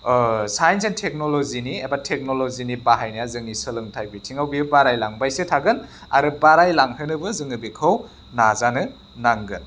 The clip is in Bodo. साइन्स एन्ड टेक्न'ल'जिनि एबा टेक्न'ल'जिनि बाहायनाया जोंनि सोलोंथाइ बिथिङाव बेयो बारायलांबायसो थागोन आरो बारायलांहोनोबो जोङो बेखौ नाजानो नांगोन